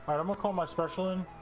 um coma specially and